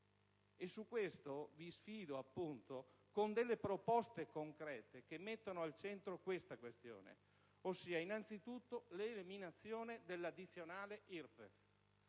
Al riguardo, vi sfido con delle proposte concrete, che mettono al centro queste questioni: innanzitutto, l'eliminazione dell'addizionale IRPEF.